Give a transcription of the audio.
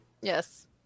Yes